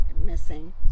missing